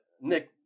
Nick